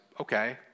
okay